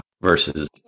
versus